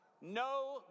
No